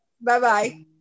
Bye-bye